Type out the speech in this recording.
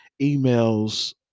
emails